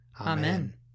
Amen